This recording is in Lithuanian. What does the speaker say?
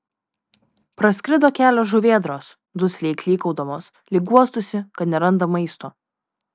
praskrido kelios žuvėdros dusliai klykaudamos lyg guostųsi kad neranda maisto